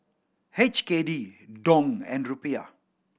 H K D Dong and Rupiah